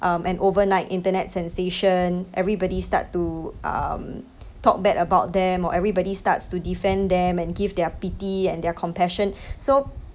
um an overnight internet sensation everybody start to um talk bad about them or everybody starts to defend them and give their pity and their compassion so